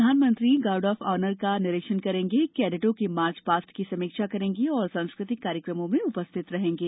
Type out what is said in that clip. प्रधानमंत्री guard of honour का निरीक्षण करेंगे कैडेटो के मार्च पास्ट की समीक्षा करेंगे और सांस्कृतिक कार्यक्रमों में उपस्थित रहेंगे